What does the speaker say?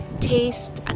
taste